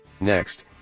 Next